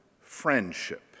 friendship